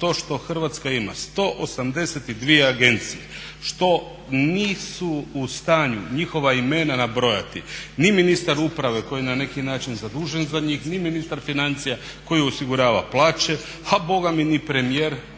to što Hrvatska ima 182 agencije, što nisu u stanju njihova imena nabrojati, ni ministar uprave koji je na neki način zadužen za njih, ni ministar financija koji osigurava plaće, a bogami mi ni premijer